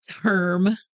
term